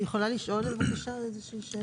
אני יכולה לשאול בבקשה שאלה?